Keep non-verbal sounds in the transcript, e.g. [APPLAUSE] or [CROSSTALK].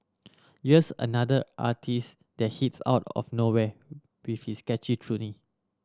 here's another artiste that hits out of nowhere with this catchy [UNINTELLIGIBLE]